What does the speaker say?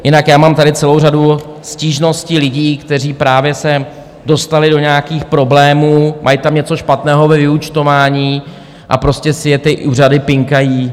Jinak já mám tady celou řadu stížností lidí, kteří právě se dostali do nějakých problémů, mají tam něco špatného ve vyúčtování a prostě si je ty úřady pinkají.